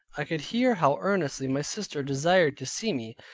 i could hear how earnestly my sister desired to see me,